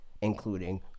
including